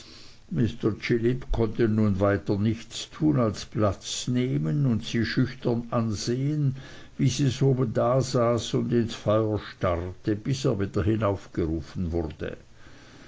mr chillip konnte nun weiter nichts tun als platz nehmen und sie schüchtern ansehen wie sie so dasaß und ins feuer starrte bis er wieder hinaufgerufen wurde